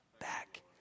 back